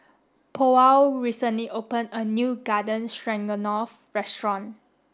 Powell recently opened a new Garden Stroganoff restaurant